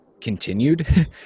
continued